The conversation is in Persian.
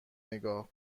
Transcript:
نگاه